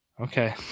Okay